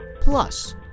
Plus